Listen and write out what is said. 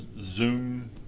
Zoom